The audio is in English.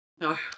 No